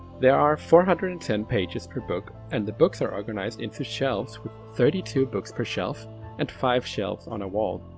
there are four hundred and ten pages per book and the books are organized into shelves with thirty two books per shelf and five shelves on a wall.